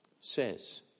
says